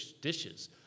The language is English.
dishes